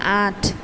আঠ